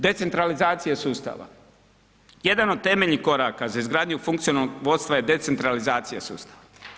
Decentralizacija sustava, jedan od temeljnih koraka za izgradnju funkcionalnog vodstva je decentralizacija sustava.